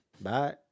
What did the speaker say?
Bye